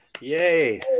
Yay